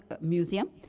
Museum